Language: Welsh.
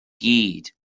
gyd